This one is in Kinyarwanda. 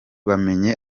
bamenye